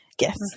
Yes